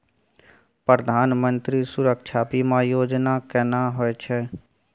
प्रधानमंत्री सुरक्षा बीमा योजना केना होय छै?